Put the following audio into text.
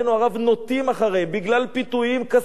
נוטים אחריהם בגלל פיתויים כספיים.